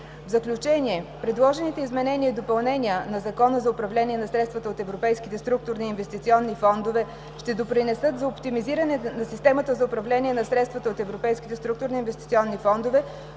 В заключение, предложените изменения и допълнения в Закона за управление на средствата от европейските структурни и инвестиционни фондове ще допринесат за оптимизиране на системата за управление на средствата от Европейските структурни и инвестиционни фондове,